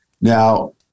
now